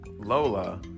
Lola